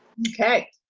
okay,